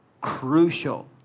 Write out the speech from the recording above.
crucial